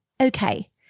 Okay